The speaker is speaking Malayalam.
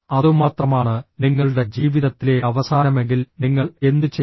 അതുമാത്രമാണ് നിങ്ങളുടെ ജീവിതത്തിലെ അവസാനമെങ്കിൽ നിങ്ങൾ എന്തുചെയ്യും